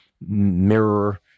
mirror